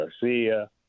Garcia